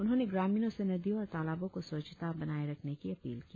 उन्होंने ग्रामीणों से नदियों और तालाबो को स्वच्छता बनाए रखने की अपील की